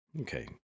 Okay